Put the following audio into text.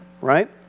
Right